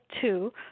two